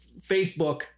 Facebook